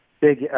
Big